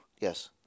Yes